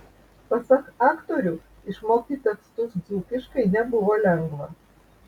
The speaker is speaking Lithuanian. pasak aktorių išmokti tekstus dzūkiškai nebuvo lengva